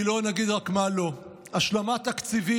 כי לא נגיד רק מה לא: השלמה תקציבית